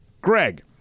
Greg